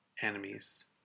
enemies